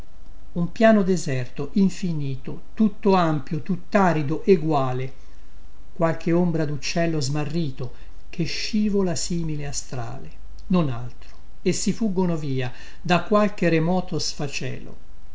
un piano deserto infinito tutto ampio tuttarido eguale qualche ombra duccello smarrito che scivola simile a strale non altro essi fuggono via da qualche remoto sfacelo